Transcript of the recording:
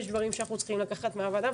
יש דברים שאנחנו צריכים לקחת מהוועדה,